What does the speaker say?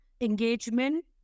engagement